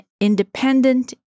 independent